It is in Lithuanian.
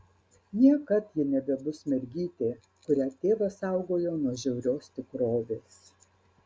niekad ji nebebus mergytė kurią tėvas saugojo nuo žiaurios tikrovės